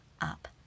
up